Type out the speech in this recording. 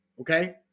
Okay